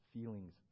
feelings